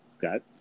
got